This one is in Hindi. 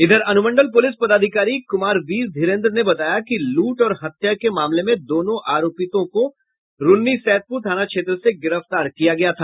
इधर अनुमंडल पुलिस पदाधिकारी कुमार वीर धीरेन्द्र ने बताया कि लूट और हत्या के मामले में दोनों आरोपितों को रून्नी सैदपुर थाना क्षेत्र से गिरफ्तार किया गया था